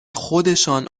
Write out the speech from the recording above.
خودشان